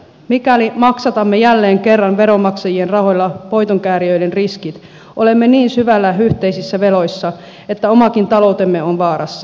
mikäli maksatamme jälleen kerran veronmaksajien rahoilla voitonkäärijöiden riskit olemme niin syvällä yhteisissä veloissa että omakin taloutemme on vaarassa